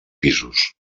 pisos